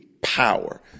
power